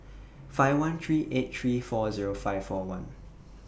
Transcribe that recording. five one three eight three four Zero five four one